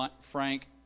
frank